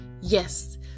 yes